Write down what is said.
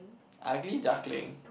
ugly duckling